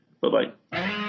Bye-bye